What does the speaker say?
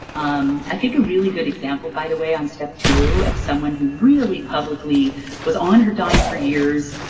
um i think a really good example by the way, on step two of someone who really publicly was on her dime for years,